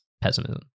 pessimism